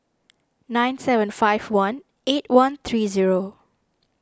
nine seven five one eight one three zero